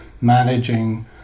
managing